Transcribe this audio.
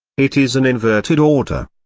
it is an inverted order.